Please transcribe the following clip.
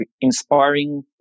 inspiring